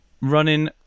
running